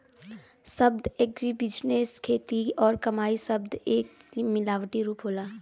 शब्द एग्रीबिजनेस खेती और कमाई शब्द क एक मिलावटी रूप होला